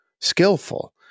skillful